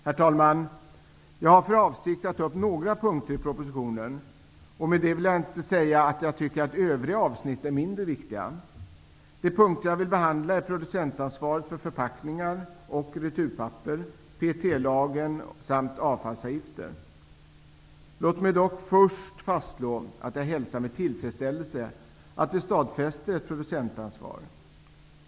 Herr talman! Jag har för avsikt att ta upp några punkter i propositionen. Med det vill jag inte säga att jag tycker att övriga avsnitt är mindre viktiga. De punkter jag vill behandla är producentansvaret för förpackningar och returpapper, lagen om PET Låt mig dock först fastslå att jag hälsar med tillfredsställelse att vi stadfäster ett producentansvar.